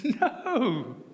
No